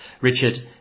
Richard